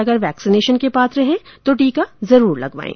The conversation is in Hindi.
अगर वैक्सीनेशन के पात्र हैं तो टीका जरूर लगवाएं